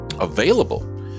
available